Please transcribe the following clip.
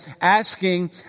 asking